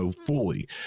fully